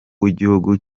w’igihugu